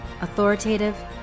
Authoritative